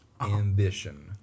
ambition